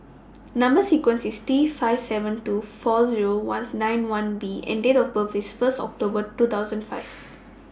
Number sequence IS T five seven two four Zero Ones nine B and Date of birth IS First October two thousand five